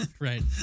Right